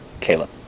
Caleb